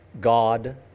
God